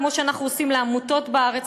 כמו שאנחנו עושים לעמותות בארץ.